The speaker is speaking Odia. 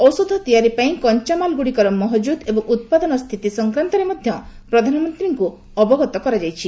ଔଷଧ ତିଆରି ପାଇଁ କଞ୍ଚାମାଲଗୁଡିକର ମହକୁଦ୍ ଏବଂ ଉତ୍ପାଦନ ସ୍ଥିତି ସଂକ୍ରାନ୍ତରେ ମଧ୍ୟ ପ୍ରଧାନମନ୍ତ୍ରୀଙ୍କୁ ଅବଗତ କରାଯାଇଛି